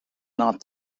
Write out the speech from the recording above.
not